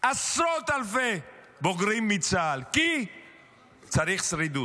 עשרות אלפי בוגרים מצה"ל, כי צריך שרידות.